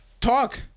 Talk